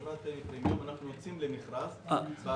אנחנו יוצאים למכרז.